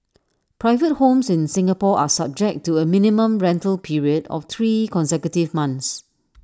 private homes in Singapore are subject to A minimum rental period of three consecutive months